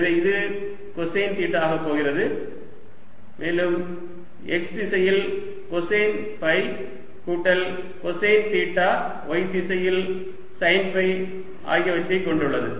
எனவே இது cosine theta ஆகப் போகிறது மேலும் x திசையில் கொசைன் ஃபை கூட்டல் கொசைன் தீட்டா y திசையில் சைன் ஃபை ஆகியவற்றைக் கொண்டுள்ளது